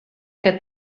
que